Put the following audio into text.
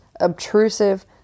obtrusive